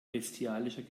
bestialischer